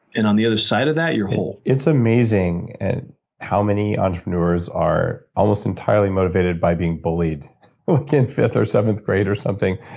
and on the other side of that you're whole it's amazing and how many entrepreneurs are almost entirely motivated by being bullied within fifth or seventh grade or something.